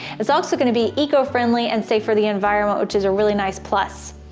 it's also gonna be eco friendly and safe for the environment, which is a really nice plus.